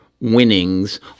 winnings